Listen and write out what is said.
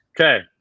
Okay